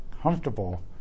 comfortable